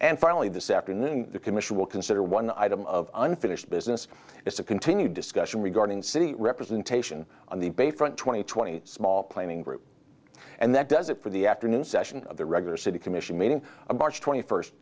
and finally this afternoon the commission will consider one item of unfinished business is to continue discussion regarding city representation on the bay front two thousand and twenty small planning group and that does it for the afternoon session of the regular city commission meeting march twenty first